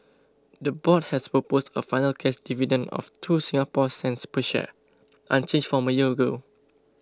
the board has proposed a final cash dividend of two Singapore cents per share unchanged from a year ago